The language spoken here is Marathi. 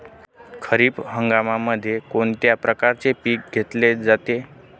खरीप हंगामामध्ये कोणत्या प्रकारचे पीक घेतले जाते?